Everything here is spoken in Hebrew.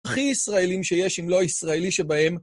הכי ישראלים שיש, אם לא ישראלי, שבהם...